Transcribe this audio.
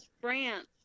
France